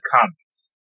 comments